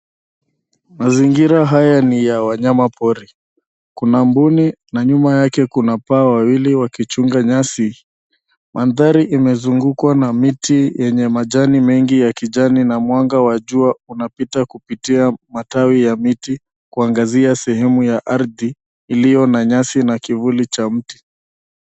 Mazingira haya ni wanyamapori kuna mbuni na nyuma yake kuna paa wawili wakichunga nyasi , mandhari imezungukwa na miti yenye majani mengi ya kijani na mwanga wa jua unapita kupitia matawi ya miti kuangazia sehemu ya ardhi iliyo na nyasi na kivuli cha mti.